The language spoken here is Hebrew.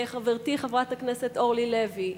חברתי חברת הכנסת אורלי לוי,